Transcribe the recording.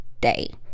day